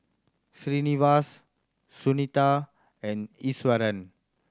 Srinivasa Sunita and Iswaran